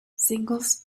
singles